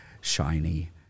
shiny